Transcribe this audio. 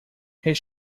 his